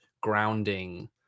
grounding